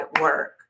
work